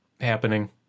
happening